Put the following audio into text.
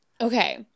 Okay